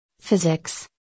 physics